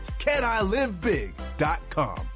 CanILiveBig.com